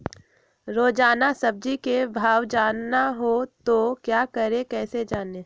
रोजाना सब्जी का भाव जानना हो तो क्या करें कैसे जाने?